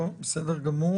טוב, בסדר גמור.